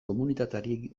komunitateari